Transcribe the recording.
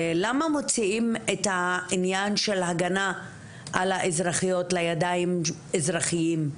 למה מוציאים את העניין של הגנה על האזרחיות לידיים אזרחיות,